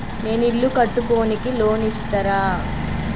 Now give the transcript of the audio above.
నేను ఇల్లు కట్టుకోనికి లోన్ ఇస్తరా?